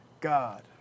God